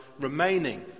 remaining